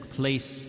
place